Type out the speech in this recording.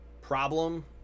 problem